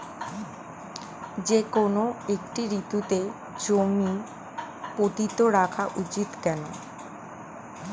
যেকোনো একটি ঋতুতে জমি পতিত রাখা উচিৎ কেন?